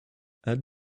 add